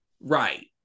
right